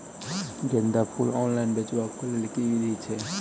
गेंदा फूल ऑनलाइन बेचबाक केँ लेल केँ विधि छैय?